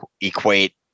equate